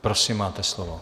Prosím, máte slovo.